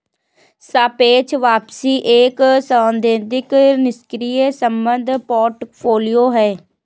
सापेक्ष वापसी एक सैद्धांतिक निष्क्रिय संदर्भ पोर्टफोलियो है